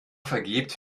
vergebt